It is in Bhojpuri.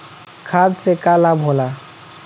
खाद्य से का लाभ होला?